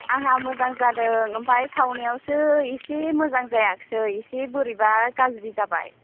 आंहा मोजां जादों ओमफ्राय सावनायावसो एसे मोजां जायाखिसै एसे बोरैबा गाज्रि जाबाय